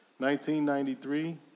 1993